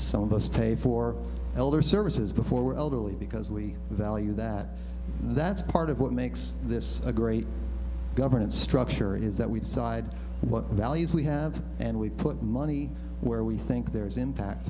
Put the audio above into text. some of us pay for elder services before we're elderly because we value that that's part of what makes this a great governance structure is that we decide what values we have and we put money where we think there is impact